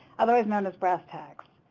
otherwise known as brss tacs.